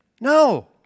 No